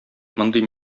мондый